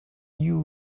you